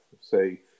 Say